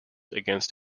against